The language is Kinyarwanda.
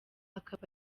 akaba